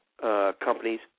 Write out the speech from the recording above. companies